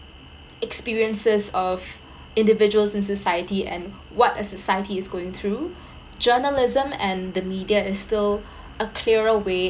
experiences of individuals in society and what a society is going through journalism and the media is still a clearer way